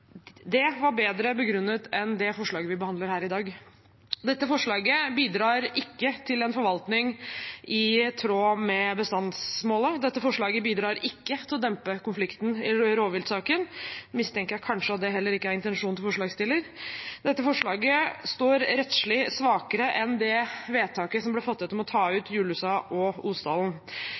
Det var bedre begrunnet enn det forslaget vi behandler her i dag. Dette forslaget bidrar ikke til en forvaltning i tråd med bestandsmålet, dette forslaget bidrar ikke til å dempe konflikten i rovviltsaken, jeg mistenker at det kanskje heller ikke er intensjonen til forslagsstillerne. Dette forslaget står rettslig svakere enn det vedtaket som ble fattet om å ta ut Jullusa og Osdalen.